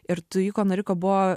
ir tuiko noriko buvo